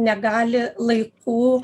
negali laiku